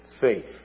faith